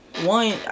one